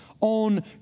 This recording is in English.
on